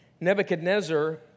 Nebuchadnezzar